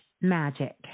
magic